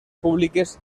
públiques